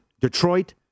Detroit